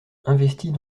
investit